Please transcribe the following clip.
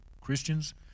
Christians